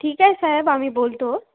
ठीक आहे साहेब आम्ही बोलतो